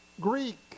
Greek